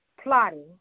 plotting